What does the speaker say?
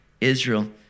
Israel